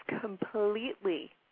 completely